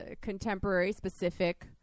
contemporary-specific